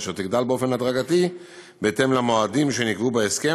אשר תגדל באופן הדרגתי בהתאם למועדים שנקבעו בהסכם